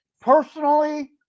personally